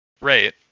Right